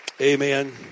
Amen